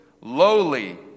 lowly